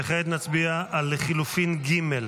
כעת נצביע על לחלופין ג'.